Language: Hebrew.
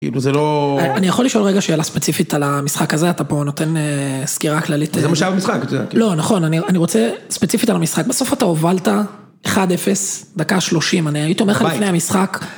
כאילו, זה לא... אני יכול לשאול רגע שאלה ספציפית על המשחק הזה? אתה פה נותן אה... סקירה כללית, אה... זה מה שאהיה במשחק, אתה יודע. לא, נכון, אני אני רוצה ספציפית על המשחק. בסוף אתה הובלת 1-0, דקה 30, אני הייתי אומר לך לפני המשחק.